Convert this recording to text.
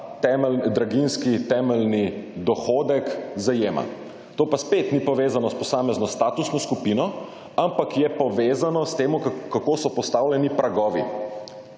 draginjski temeljni dohodek zajema. To pa spet ni povezano s posamezno statusno skupino, ampak je povezano s tem, kako so postavljeni pragovi